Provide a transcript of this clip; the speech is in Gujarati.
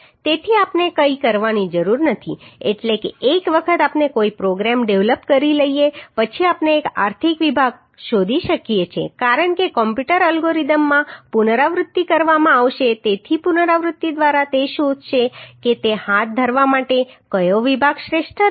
તેથી આપણે કંઈ કરવાની જરૂર નથી એટલે કે એક વખત આપણે કોઈ પ્રોગ્રામ ડેવલપ કરી લઈએ પછી આપણે એક આર્થિક વિભાગ શોધી શકીએ છીએ કારણ કે કોમ્પ્યુટર અલ્ગોરિધમમાં પુનરાવૃત્તિ કરવામાં આવશે તેથી પુનરાવૃત્તિ દ્વારા તે શોધશે કે તે હાથ ધરવા માટે કયો વિભાગ શ્રેષ્ઠ રહેશે